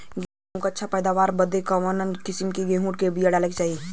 गेहूँ क अच्छी पैदावार बदे कवन किसीम क बिया डाली जाये?